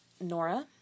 Nora